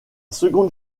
seconde